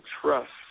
trust